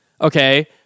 Okay